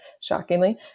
shockingly